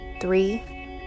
three